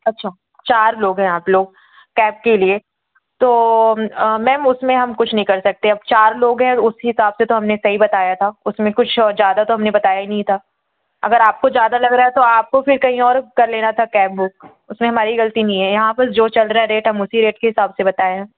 अच्छा चार लोग हैं आप लोग कैब के लिए तो मैम उसमें हम कुछ नहीं कर सकते अब चार लोग हैं उस हिसाब से तो हमने सही बताया था उसमें कुछ ज़्यादा तो हमने बताया ही नहीं था अगर आपको ज़्यादा लग रहा है तो आपको फिर कहीं और कर लेना था कैब बुक उसमें हमारी गलती नहीं है यहाँ पे जो चल रहा है रेट है हम उसी रेट के हिसाब से बताए हैं